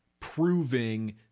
proving